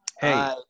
Hey